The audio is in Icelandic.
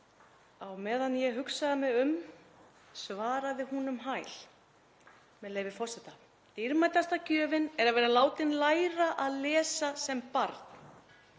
Á meðan ég hugsaði mig um svaraði hún um hæl: Dýrmætasta gjöfin er að vera látinn læra að lesa sem barn.